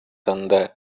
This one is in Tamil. தந்த